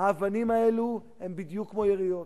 האבנים האלו הן בדיוק כמו יריות.